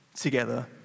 together